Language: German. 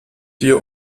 dir